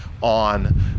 on